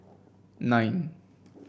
nine